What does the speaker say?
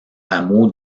hameau